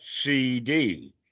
CD